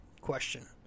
question